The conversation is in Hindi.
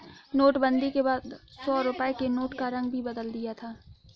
नोटबंदी के बाद सौ रुपए के नोट का रंग भी बदल दिया था